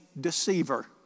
deceiver